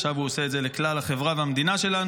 עכשיו הוא עושה את זה לכלל החברה והמדינה שלנו,